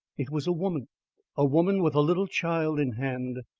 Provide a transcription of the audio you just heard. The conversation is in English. it was a woman a woman with a little child in hand.